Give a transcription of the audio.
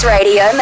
Radio